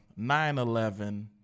9-11